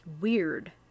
weird